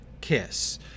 kiss